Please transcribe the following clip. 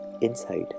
inside